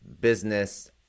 business